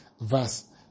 verse